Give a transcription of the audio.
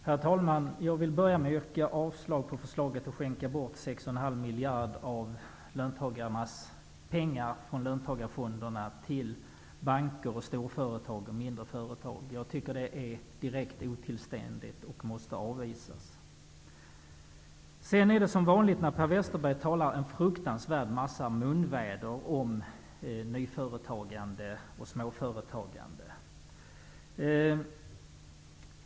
Herr talman! Jag vill börja med att yrka avslag på förslaget att skänka bort 6,5 miljarder av löntagarnas pengar från löntagarfonderna till banker, storföretag och mindre företag. Det är direkt otillständigt och måste avvisas. Sedan är det som vanligt när Per Westerberg talar en fruktansvärd massa munväder om nyföretagande och småföretagande.